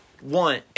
One